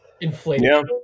inflated